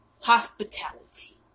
hospitality